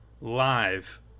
live